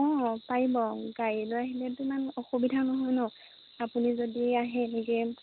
অঁ পাৰিব গাড়ী লৈ আহিলে তো ইমান অসুবিধা নহয় ন আপুনি যদি আহে এনেকে